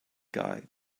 guide